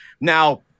now